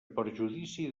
perjudici